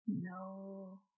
No